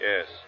Yes